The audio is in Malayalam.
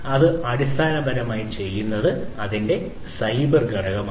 ഇത് അടിസ്ഥാനപരമായി ചെയ്യുന്നത് അതിന്റെ സൈബർ ഘടകമാണ്